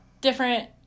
different